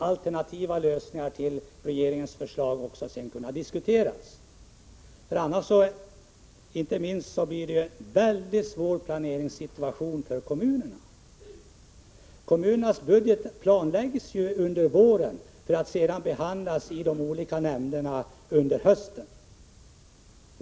Alternativa lösningar till regeringens förslag måste ju också kunna diskuteras. Om inte detta görs får inte minst kommunerna mycket svårt att planera. Kommunernas budget planläggs ju under våren för att sedan behandlas i de olika nämnderna under hösten.